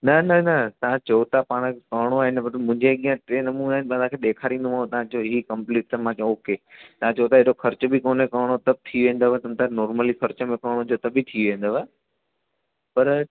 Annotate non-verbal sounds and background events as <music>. न न न तव्हां चओ ता पाण करिणो आहिनि बट मुंजे अॻियां टे नमूना आहिनि मां तव्हांखे ॾेखारिंदोमांव तव्हां चओ ई कंपनी त मां चओ ओके तव्हां चओ था हेॾो ख़र्च बि कोन्हे सभु थी वेंदव <unintelligible> नोर्मली ख़र्च में करिणो हुजे त बि थी वेंदव पर